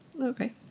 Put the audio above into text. okay